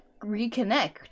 reconnect